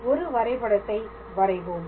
ஒரு வரைபடத்தை வரைவோம்